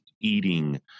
eating